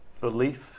belief